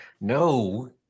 No